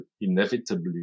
inevitably